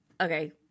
okay